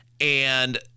and-